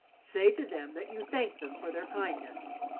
say to them that you thank them for their kindness.